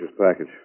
package